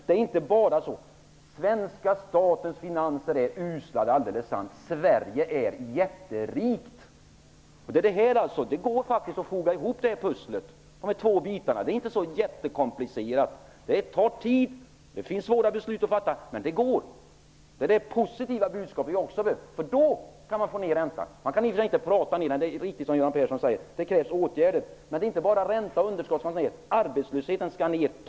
Det är sant att svenska statens finanser är usla, men Sverige är jätterikt. Det går att foga ihop de här två bitarna i pusslet - det är inte så komplicerat. Det tar tid, och det är hårda beslut som skall fattas, men det går. Det är det positiva budskapet som Sverige också behöver. Då kan man få ned räntan. Det är i och för sig sant, som Göran Persson säger, att man inte kan prata ned räntan utan att det krävs åtgärder. Men det är inte bara ränta och underskott som skall ned, utan arbetslösheten skall också ned.